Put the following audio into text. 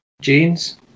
jeans